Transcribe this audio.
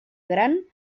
gran